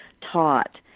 taught